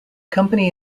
company